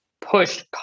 pushed